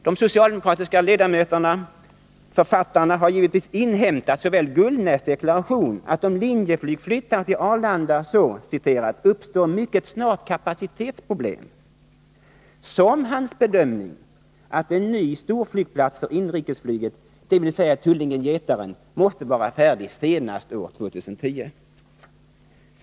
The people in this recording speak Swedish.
De socialdemokratiska författarna har givetvis inhämtat såväl Gullnäs deklaration att om Linjeflyg flyttas till Arlanda, så ”uppstår mycket snart kapacitetsproblem”, som hans bedömning att en ny storflygplats för inrikesflyget, dvs. Tullinge-Getaren, måste vara färdig senast år 2010.